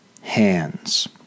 hands